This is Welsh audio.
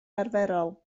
arferol